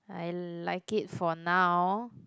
I like it for now